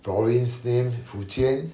province name fujian